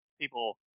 people